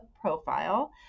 profile